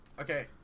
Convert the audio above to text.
Okay